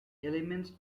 elements